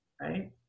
right